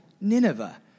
Nineveh